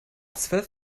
zwölf